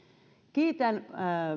kiitän